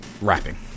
rapping